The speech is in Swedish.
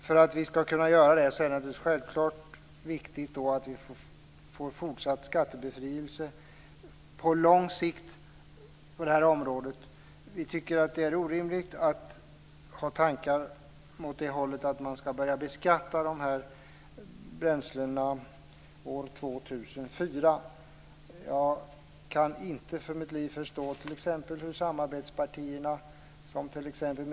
För att vi ska kunna göra det är det naturligtvis viktigt att vi får fortsatt skattebefrielse på lång sikt på det här området. Vi tycker att tankar på att börja beskatta de här bränslena år 2004 är orimliga. Jag kan inte för mitt liv förstå hur samarbetspartierna, som t.ex.